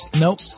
Nope